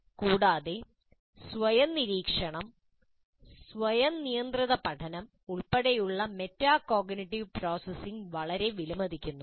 കൂടാതെ സ്വയം നിരീക്ഷണം സ്വയം നിയന്ത്രിത പഠനം ഉൾപ്പെടെയുള്ള മെറ്റാകോഗ്നിറ്റീവ് പ്രോസസ്സിംഗ് വളരെ വിലമതിക്കുന്നു